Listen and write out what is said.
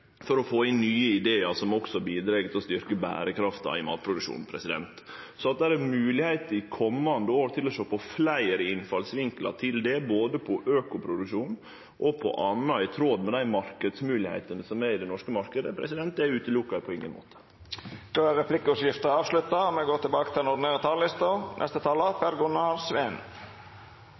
for å få inn nye idear som også bidreg til å styrkje berekrafta i matproduksjonen. Så at det er moglegheiter i komande år til å sjå på fleire innfallsvinklar til dette, når det gjeld både økoproduksjon og anna, i tråd med dei marknadsmoglegheitene som er i den norske marknaden, utelukkar eg på ingen måte. Replikkordskiftet er avslutta. Jordbruket er viktig for landet vårt. Det å produsere nok og